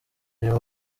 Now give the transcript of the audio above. uyu